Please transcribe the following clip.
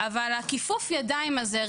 אבל כיפוף הידיים הזה,